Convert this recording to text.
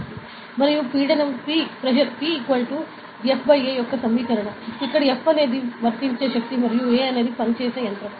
మరియు పీడనం P F A యొక్క సమీకరణం అక్కడ F అనేది వర్తించే శక్తి మరియు A అది పనిచేసే ప్రాంతం